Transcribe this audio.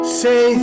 say